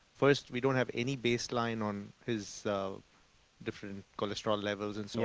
first, we don't have any baseline on his so different cholesterol levels and so